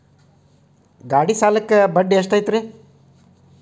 ಗಾಡಿ ಸಾಲಕ್ಕ ಬಡ್ಡಿ ಎಷ್ಟೈತ್ರಿ?